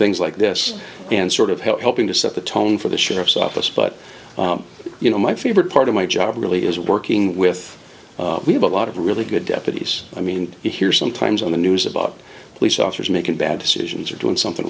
things like this and sort of helping to set the tone for the sheriff's office but you know my favorite part of my job really is working with we have a lot of really good deputies i mean you hear sometimes on the news about police officers making bad decisions or doing something